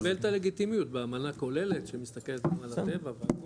הוא קיבל את הלגיטימיות באמנה כוללת שמסתכלת גם על הטבע והכול.